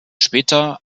später